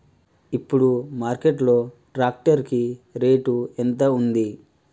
ఇప్పుడు మార్కెట్ లో ట్రాక్టర్ కి రేటు ఎంత ఉంది?